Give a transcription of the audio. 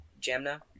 Jamna